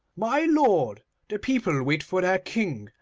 my lord, the people wait for their king,